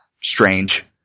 strange